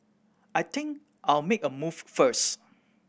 I think I'll make a move first